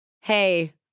Hey